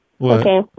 Okay